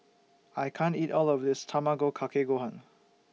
I can't eat All of This Tamago Kake Gohan